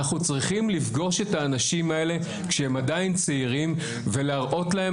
אנחנו צריכים לפגוש את האנשים האלה כשהם עדיין צעירים ולהראות להם